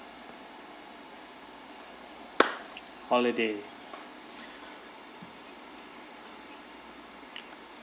holiday